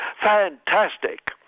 fantastic